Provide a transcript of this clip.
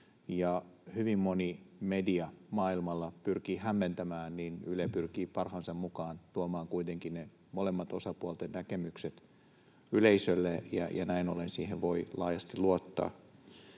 hyvin moni media maailmalla pyrkii hämmentämään, Yle pyrkii parhaansa mukaan tuomaan kuitenkin ne molempien osapuolten näkemykset yleisölle, ja näin ollen siihen voi laajasti luottaa.